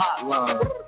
hotline